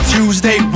Tuesday